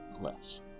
less